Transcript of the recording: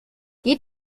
geht